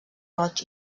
roig